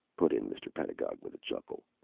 put in mr. pedagog, with a chuckle.